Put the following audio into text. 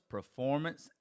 Performance